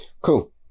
Cool